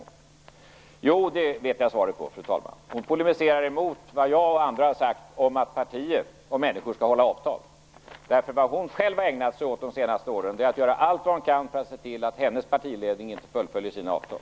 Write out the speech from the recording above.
Jo, fru talman, det vet jag svaret på. Hon polemiserar emot vad jag och andra har sagt om att partier och människor skall hålla avtal. Vad hon själv har ägnat sig åt de senaste åren är att göra allt vad hon kan för att se till att hennes partiledning inte fullföljer sina avtal.